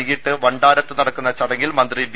വൈകിട്ട് വണ്ടാരത്ത് നടക്കുന്ന ചടങ്ങിൽ മന്ത്രി വി